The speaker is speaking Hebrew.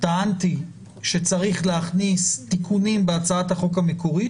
טענתי שצריך להכניס תיקונים בהצעת החוק המקורית,